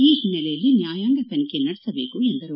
ಈ ಹಿನ್ನೆಲೆಯಲ್ಲಿ ನ್ಯಾಯಾಂಗ ತನಿಖೆ ನಡೆಸಬೇಕು ಎಂದರು